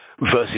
versus